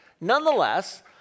Nonetheless